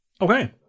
Okay